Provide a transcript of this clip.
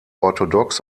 orthodox